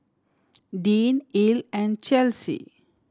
Deann Ell and Chesley